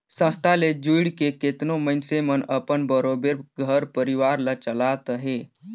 संस्था ले जुइड़ के केतनो मइनसे मन अपन बरोबेर घर परिवार ल चलात अहें